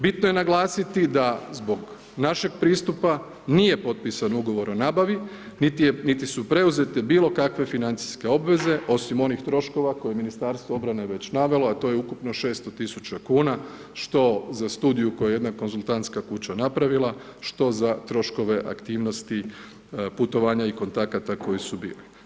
Bitno je naglasiti da zbog našeg pristupa nije potpisan ugovor o nabavi, niti su preuzete bilo kakve financijske obveze osim onih troškova koje je Ministarstvo obrane već navelo, a to je ukupno 600.000 kuna što za studiju koju je jedna konzultantska kuća napravila, što za troškove aktivnosti putovanja i kontakata koji su bili.